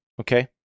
okay